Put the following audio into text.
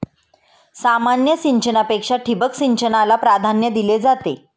सामान्य सिंचनापेक्षा ठिबक सिंचनाला प्राधान्य दिले जाते